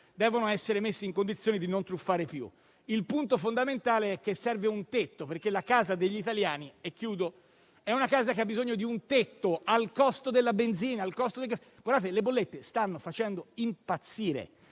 devono essere messi in condizione di non truffare più. Il punto fondamentale è che serve un tetto, perché la casa degli italiani ha bisogno di un tetto al costo della benzina e al costo delle bollette, che stanno facendo impazzire